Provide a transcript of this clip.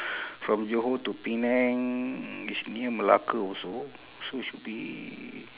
from johor to penang it's near malacca also so it should be